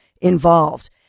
involved